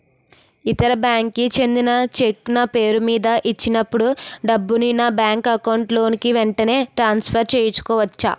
ఇతర బ్యాంక్ కి చెందిన చెక్ నా పేరుమీద ఇచ్చినప్పుడు డబ్బుని నా బ్యాంక్ అకౌంట్ లోక్ వెంటనే ట్రాన్సఫర్ చేసుకోవచ్చా?